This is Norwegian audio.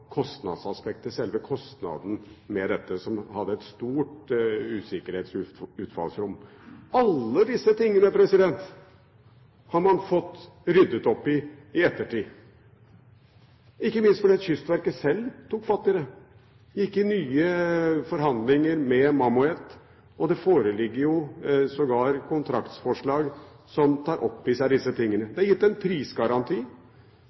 kostnadsaspektet, selve kostnaden med dette, som hadde et stort rom for usikkerhet. Alt dette har man fått ryddet opp i i ettertid, ikke minst fordi Kystverket selv tok fatt i det og gikk i nye forhandlinger med Mammoet. Det foreligger sågar kontraktsforslag som tar opp dette. Det er gitt en prisgaranti. Statsråden uttalte under høringen at i